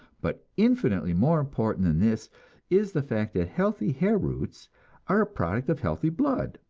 but infinitely more important than this is the fact that healthy hair roots are a product of healthy blood,